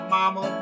Mama